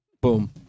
Boom